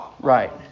Right